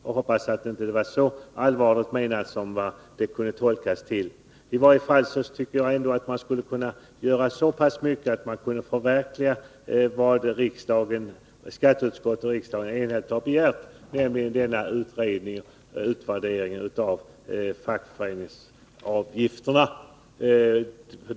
Jag hoppas att det inte var så allvarligt menat som det kunde tolkas. Jag anser också att regeringen kunde förverkliga det som skatteutskottet och riksdagen enhälligt har begärt, nämligen denna utredning, en utvärdering av fackföreningsavgifterna.